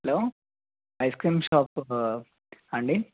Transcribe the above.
hello ice cream shop అండి